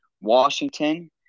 Washington